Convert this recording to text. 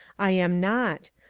i am not.